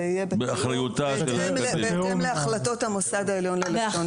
זה יהיה בהתאם להחלטות המוסד העליון ללשון ערבית.